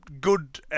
Good